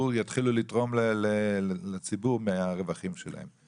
יתחילו לתרום לציבור מהרווחים שלהן.